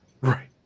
Right